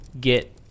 get